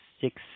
six